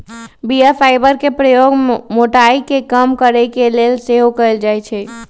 बीया फाइबर के प्रयोग मोटाइ के कम करे के लेल सेहो कएल जाइ छइ